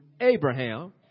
Abraham